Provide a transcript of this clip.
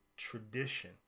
tradition